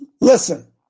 Listen